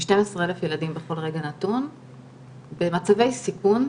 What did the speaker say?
כ-12,000 ילדים בכל רגע נתון במצבי סיכון,